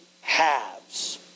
halves